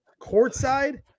courtside